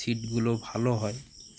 সিটগুলো ভালো হয়